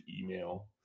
email